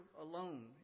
alone